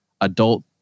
adult